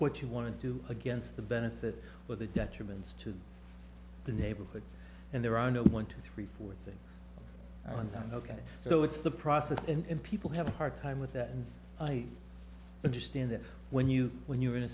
what you want to do against the benefit but the detriments to the neighborhood and there are no one two three four things i'm going ok so it's the process and people have a hard time with that and i understand that when you when you're in a